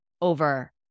over